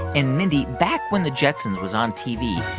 and mindy, back when the jetsons was on tv,